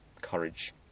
courage